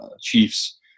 Chiefs